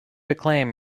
acclaim